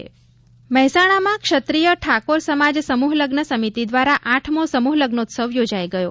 પાણી બચાવો મહેસાણામાં ક્ષત્રિય ઠાકોર સમાજ સમૂહલગ્ન સમિતિ દ્વારા આઠમો સમૂહલગ્નોત્સવ યોજાઇ ગયો